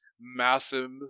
massive